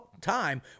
time